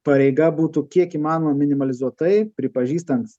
pareiga būtų kiek įmanoma minimalizuot tai pripažįstant